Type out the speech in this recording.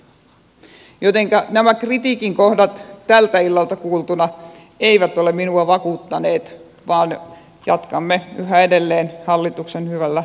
näin ollen nämä kritiikin kohdat tältä illalta kuultuna eivät ole minua vakuuttaneet vaan jatkamme yhä edelleen hallituksen hyvin valmistelemalla linjalla